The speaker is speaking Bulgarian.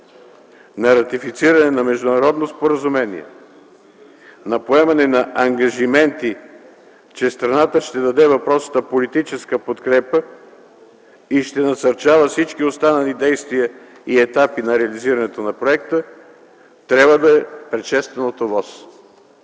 на ратифициране на международно споразумение, на поемане на ангажименти, че страната ще даде въпросната политическа подкрепа и ще насърчава всички останали действия и етапи на реализирането на проекта, трябва да е предшествано от